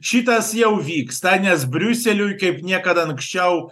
šitas jau vyksta nes briuseliui kaip niekada anksčiau